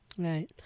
Right